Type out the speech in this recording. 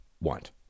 want